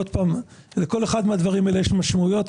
עוד פעם, לכל אחד מהדברים האלה יש משמעויות.